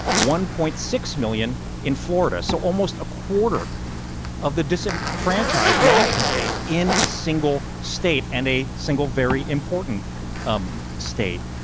one point six million in florida. so almost a quarter of the disenfranchised nationally in a single state and a single, very important um state.